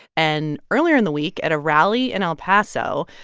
and earlier in the week at a rally in el paso,